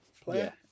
player